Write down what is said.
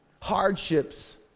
hardships